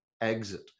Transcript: exit